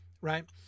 right